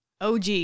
OG